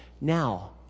Now